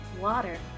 water